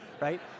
right